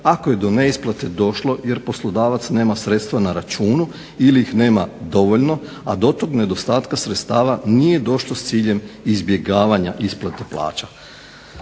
ako je do neisplate došlo jer poslodavac nema sredstva na računu ili ih nema dovoljno, a do tog nedostatka sredstva nije došlo s ciljem izbjegavanja isplate plaća.